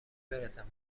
برسم